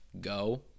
go